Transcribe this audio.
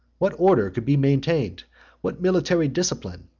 what order could be maintained what military discipline?